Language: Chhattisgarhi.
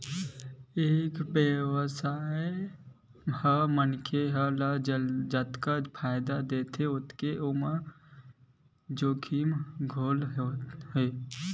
ए बेवसाय ह मनखे ल जतका फायदा देथे ओतके एमा जोखिम घलो हे